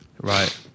Right